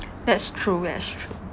that's true that's true